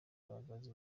kugaragaza